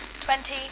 twenty